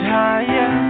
higher